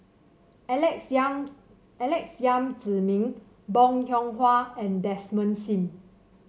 Alex Yam Alex Yam Ziming Bong Hiong Hwa and Desmond Sim